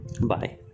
Bye